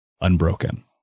unbroken